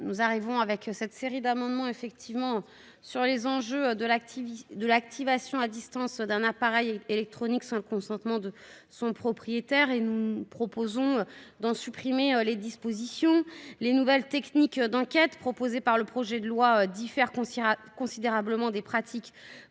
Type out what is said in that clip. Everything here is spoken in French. Nous entamons une série d'amendements portant sur les enjeux de l'activation à distance d'un appareil électronique sans le consentement de son propriétaire. Nous proposons de supprimer cette possibilité. Les nouvelles techniques d'enquête prévues dans le projet de loi diffèrent considérablement des pratiques